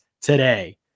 today